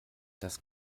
das